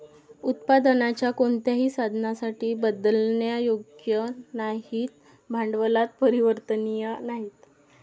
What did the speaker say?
उत्पादनाच्या कोणत्याही साधनासाठी बदलण्यायोग्य नाहीत, भांडवलात परिवर्तनीय नाहीत